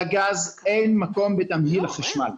לגז אין מקום בתמהיל החשמל.